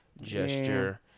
gesture